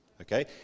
Okay